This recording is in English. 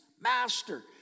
Master